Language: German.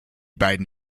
beiden